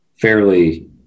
fairly